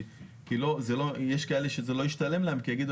כי יש כאלה שזה לא ישתלם להם כי הן יגידו